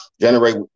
generate